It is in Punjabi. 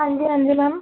ਹਾਂਜੀ ਹਾਂਜੀ ਮੈਮ